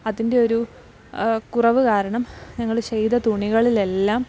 അതിൻ്റെ ഒരു കുറവു കാരണം ഞങ്ങൾ ചെയ്ത തുണികളിലെല്ലാം